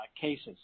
cases